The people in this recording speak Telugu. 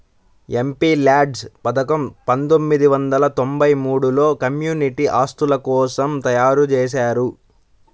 ఎంపీల్యాడ్స్ పథకం పందొమ్మిది వందల తొంబై మూడులో కమ్యూనిటీ ఆస్తుల కోసం తయ్యారుజేశారు